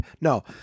No